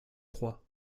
troyes